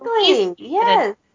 yes